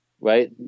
right